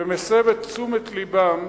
ומסב את תשומת לבם,